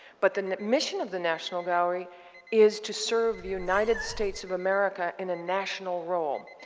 but the mission of the national gallery is to serve the united states of america in a national role.